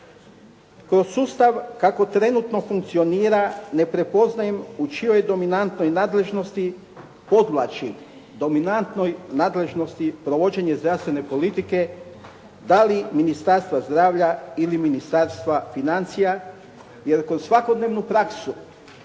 Kroz sustav kako trenutno funkcionira ne prepoznajem u čijoj je dominantnoj nadležnosti, podvlačim, dominantnoj nadležnosti provođenje zdravstvene politike? Da li Ministarstva zdravlja ili Ministarstva financija jer kroz svakodnevnu praksu